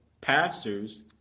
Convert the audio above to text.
Pastors